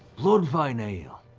bloodvine ale.